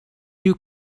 you